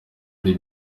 ari